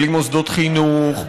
בלי מוסדות חינוך,